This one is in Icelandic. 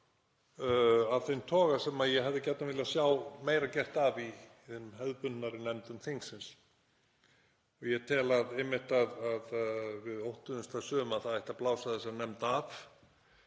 af þeim toga sem ég hefði gjarnan viljað sjá meira gert af í hinum hefðbundnari nefndum þingsins. Ég tel einmitt að við óttuðumst það sum að það ætti að blása þessa nefnd af